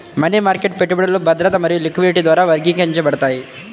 money market పెట్టుబడులు భద్రత మరియు లిక్విడిటీ ద్వారా వర్గీకరించబడతాయి